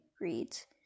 reads